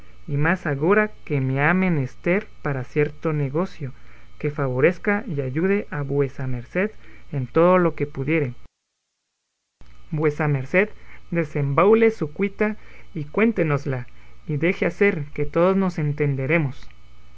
y más agora que me ha menester para cierto negocio que favorezca y ayude a vuesa merced en todo lo que pudiere vuesa merced desembaúle su cuita y cuéntenosla y deje hacer que todos nos entenderemos